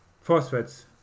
Phosphates